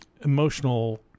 emotional